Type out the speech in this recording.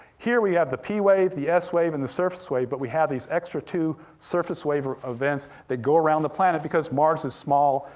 here, we have the p wave, the s wave and the surface wave, but we have these extra two surface wave events that go around the planet because mars is small,